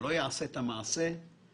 אני לא חושב שעל כל דבר צריך להגיד יציבות.